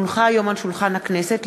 כי הונחה היום על שולחן הכנסת,